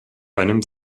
einem